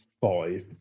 five